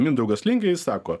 mindaugas lingė jis sako